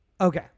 Okay